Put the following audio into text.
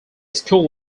school